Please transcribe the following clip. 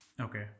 Okay